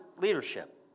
leadership